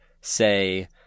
say